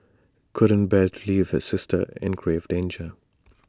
couldn't bear to leave his sister in grave danger